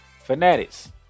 Fanatics